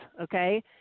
Okay